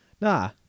nah